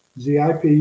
Zip